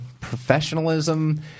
professionalism